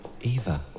Eva